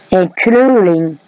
including